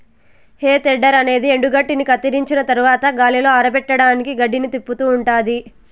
హే tedder అనేది ఎండుగడ్డిని కత్తిరించిన తరవాత గాలిలో ఆరపెట్టడానికి గడ్డిని తిప్పుతూ ఉంటాది